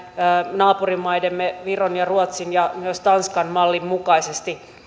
naapurimaidemme viron ja ruotsin ja myös tanskan mallin mukaisesti